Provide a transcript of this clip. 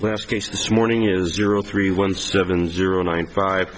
last case this morning is zero three one seven zero nine five